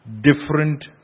different